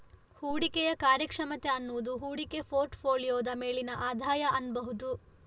ಹೂಡಿಕೆಯ ಕಾರ್ಯಕ್ಷಮತೆ ಅನ್ನುದು ಹೂಡಿಕೆ ಪೋರ್ಟ್ ಫೋಲಿಯೋದ ಮೇಲಿನ ಆದಾಯ ಅನ್ಬಹುದು